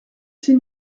six